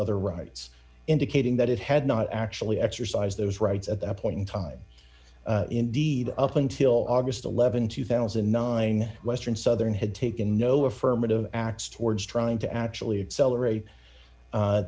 other rights indicating that it had not actually exercise those rights at that point in time indeed up until august th two thousand and nine western southern had taken no affirmative acts towards trying to actually accelerate